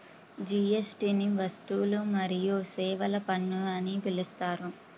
జీఎస్టీని వస్తువులు మరియు సేవల పన్ను అని పిలుస్తారు